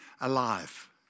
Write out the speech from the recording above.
alive